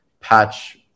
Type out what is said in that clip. patch